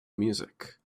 music